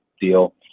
deal